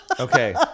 Okay